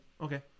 okay